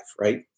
right